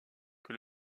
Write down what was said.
que